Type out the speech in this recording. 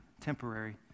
temporary